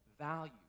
value